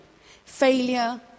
Failure